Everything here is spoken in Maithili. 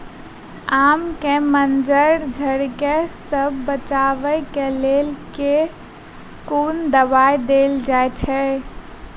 आम केँ मंजर झरके सऽ बचाब केँ लेल केँ कुन दवाई देल जाएँ छैय?